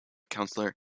councillor